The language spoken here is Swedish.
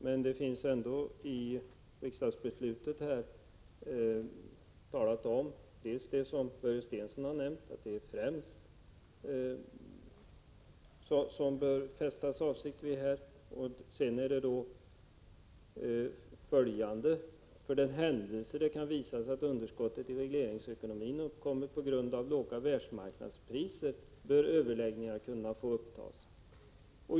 Men i riksdagsbeslutet talas det bl.a. om det som Börje Stensson har nämnt, nämligen att det är ordet ”främst” som man bör fästa avseende vid. Vidare sägs: För den händelse det kan visas att underskottet i regleringsekonomin uppkommit på grund av låga världsmarknadspriser bör överläggningar kunna upptas.